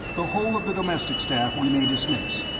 the whole of the domestic staff we may dismiss,